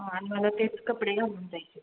आणि मला तेच कपडे घालून जायचं आहे